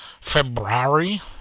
February